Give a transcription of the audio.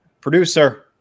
Producer